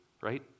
right